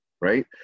right